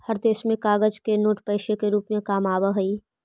हर देश में कागज के नोट पैसे से रूप में काम आवा हई